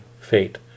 fate